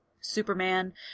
Superman